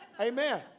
Amen